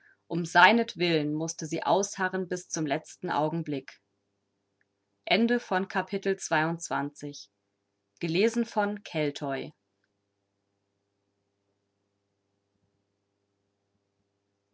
um seinetwillen mußte sie ausharren bis zum letzten augenblick